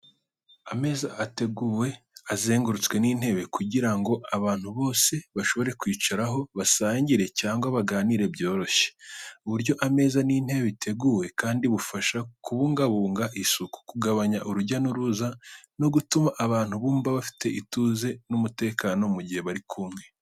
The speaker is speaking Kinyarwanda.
Ameza ategurwa azengurutswe n’intebe kugira ngo abantu bose bashobore kwicaraho basangire cyangwa baganire byoroshye. Uburyo ameza n’intebe biteguwe kandi bufasha kubungabunga isuku, kugabanya urujya n’uruza no gutuma abantu bumva bafite ituze n’umutekano mu gihe bari kumwe.